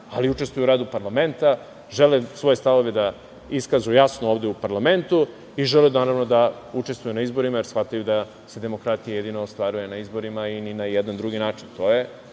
ali učestvuju u razgovoru parlamenta, žele svoje stavove da iskažu jasno ovde u parlamentu i žele naravno da učestvuju na izborima jer shvataju da se demokratija jedino ostvaruje na izborima, a ne na drugi način.